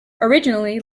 originally